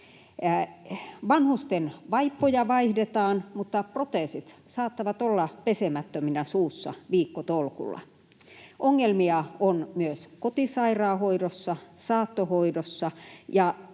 Vanhusten vaippoja vaihdetaan, mutta proteesit saattavat olla pesemättöminä suussa viikkotolkulla. Ongelmia on myös kotisairaanhoidossa, saattohoidossa, ja